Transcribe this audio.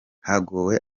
hagowe